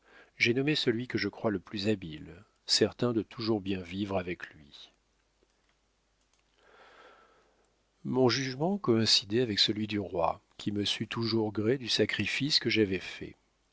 j'ai nommé celui que je crois le plus habile certain de toujours bien vivre avec lui mon jugement coïncidait avec celui du roi qui me sut toujours gré du sacrifice que j'avais fait